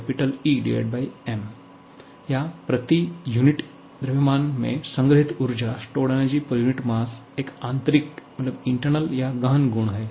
eEM या प्रति unit द्रव्यमान में संग्रहीत ऊर्जा एक आंतरिक या गहन गुण है